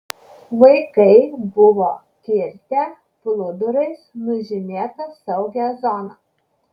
vaikai buvo kirtę plūdurais nužymėta saugią zoną